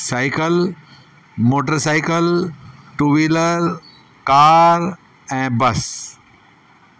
cycle motorcycle two wheeler car ऐं बस